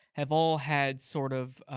have all had sort of,